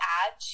add